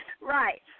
Right